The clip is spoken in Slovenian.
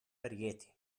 verjeti